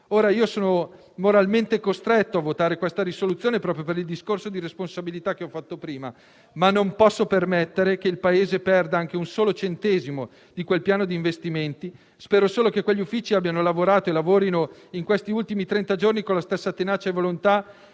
Io sono moralmente costretto a votare la proposta di risoluzione di maggioranza proprio per il discorso di responsabilità che ho fatto prima, ma non posso permettere che il Paese perda anche un solo centesimo di quel Piano di investimenti. Spero solo che quegli uffici abbiano lavorato e lavorino in questi ultimi trenta giorni con la stessa tenacia e volontà